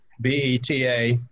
B-E-T-A